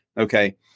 Okay